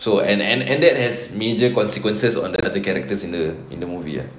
so and and and that has major consequences on the the characters in the in the movie ah